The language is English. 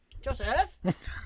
Joseph